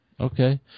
Okay